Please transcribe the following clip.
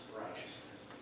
righteousness